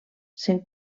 se’n